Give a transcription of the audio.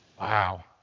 Wow